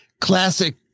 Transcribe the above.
classic